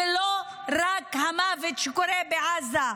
ולא רק המוות שקורה בעזה.